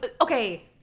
okay